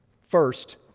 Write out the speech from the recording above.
First